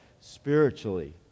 spiritually